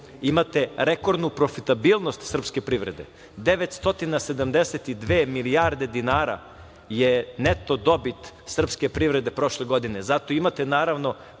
imate rekordnu profitabilnost srpske privrede, 972 milijarde dinara je neto dobit srpske privrede prošle godine, zato imate naravno